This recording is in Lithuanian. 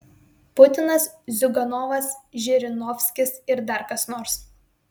putinas ziuganovas žirinovskis ir dar kas nors